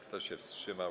Kto się wstrzymał?